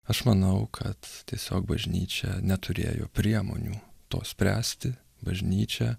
aš manau kad tiesiog bažnyčia neturėjo priemonių to spręsti bažnyčia